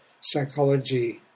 psychology